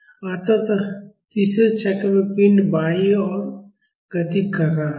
अतः तीसरे चक्र में पिंड बायीं ओर गति कर रहा था